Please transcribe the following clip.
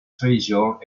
treasure